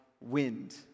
wind